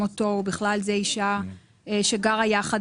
מי שהייתה אשתו של הנספה ביום מותו ובכלל זה אישה שגרה יחד